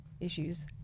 issues